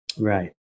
Right